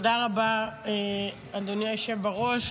תודה רבה, אדוני היושב בראש.